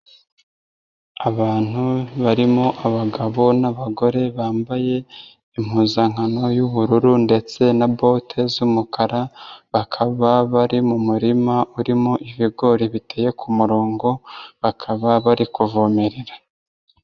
Abantu barimo abagabo n'abagore bambaye impuzankano y'ubururu ndetse na bote z'umukara, bakaba bari mu murima urimo ibigori biteye ku murongo bakaba bari kuvomerera.